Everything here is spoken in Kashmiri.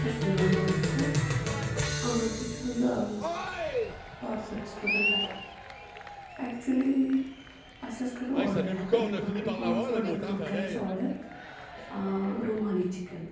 اَسلامُ عَلیکُم اۭں تُہۍ چھُو حظ پارسا رٮ۪سٹورنٛٹ پٮ۪ٹھ اٮ۪کچولی اَسہِ حظ کَریو آڈَر اَکھ اَمہِ برٛونٛٹھ پانٛژھ ٲٹھ دۄہ برٛونٛٹھ کَریو اَسہِ آڈَر رُمالی چِکَن